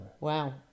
Wow